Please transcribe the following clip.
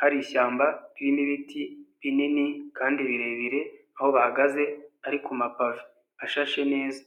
hari ishyamba ririmo ibiti binini kandi birebire aho bahagaze ari kumapave ashashe neza.